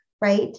right